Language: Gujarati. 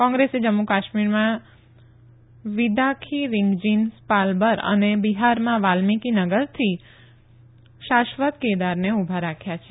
કોંગ્રેસે જમ્મુ કાશ્મીરમાં વિદૃખી રિંગજીન સ્પાલબર અને બિહારમાં વાલ્મિકી નગરથી શાશ્વત કેદારને ઉભા રાખ્યા છે